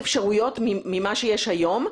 אפשרויות ממה שיש היום,